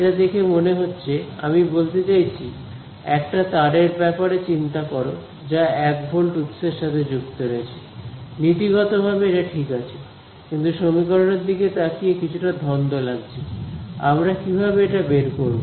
এটা দেখে মনে হচ্ছে আমি বলতে চাইছি একটা তার এর ব্যাপারে চিন্তা করো যা 1 ভোল্ট উৎসের সাথে যুক্ত রয়েছে নীতিগতভাবে এটা ঠিক আছে কিন্তু সমীকরণটির দিকে তাকিয়ে কিছুটা ধন্দ লাগছে আমরা কিভাবে এটা বের করব